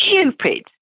stupid